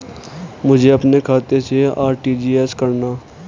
मुझे अपने खाते से आर.टी.जी.एस करना?